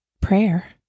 Prayer